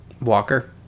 walker